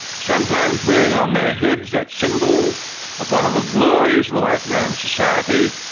sometimes wearing on their heads that symbol of one of the glories of the white man's society,